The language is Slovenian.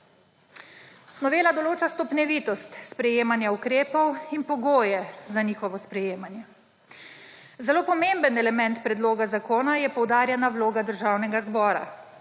Novela določa stopnjevitost sprejemanja ukrepov in pogoje za njihovo sprejemanje. Zelo pomemben element predloga zakona je poudarjena vloga Državnega zbora.